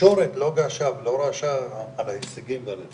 התקשורת לא רעשה ולא געשה על ההישגים וזה